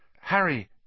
Harry